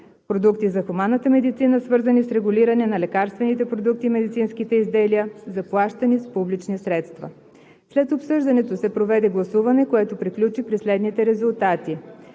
продукти в хуманната медицина, свързани с регулиране на лекарствените продукти и медицинските изделия, заплащани с публични средства. След обсъждането се проведе гласуване, което приключи при следните резултати: